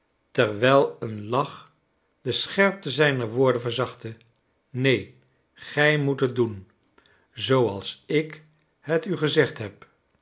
terwijl een lach de scherpte zijner woorden verzachtte neen gij moet het doen zooals ik het u gezegd heb